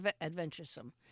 adventuresome